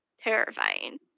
terrifying